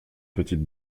petite